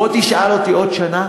בוא תשאל אותי עוד שנה